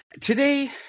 Today